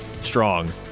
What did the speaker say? strong